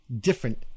different